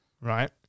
right